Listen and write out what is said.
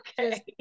okay